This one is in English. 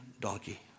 donkey